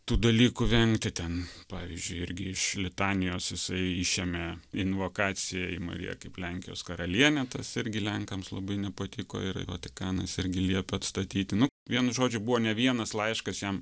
tų dalykų vengti ten pavyzdžiui irgi iš litanijos jisai išėmė invokacija į mariją kaip lenkijos karalienę tas irgi lenkams labai nepatiko ir vatikanas irgi liepė atstatyti nu vienu žodžiai buvo ne vienas laiškas jam